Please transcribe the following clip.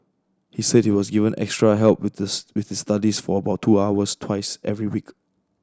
he said he was given extra help with this with this studies for about two hours twice every week